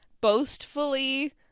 boastfully